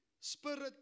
spirit